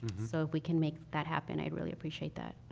so if we can make that happen, i would really appreciate that.